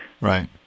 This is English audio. Right